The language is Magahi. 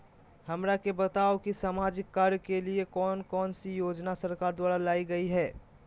हमरा के बताओ कि सामाजिक कार्य के लिए कौन कौन सी योजना सरकार द्वारा लाई गई है?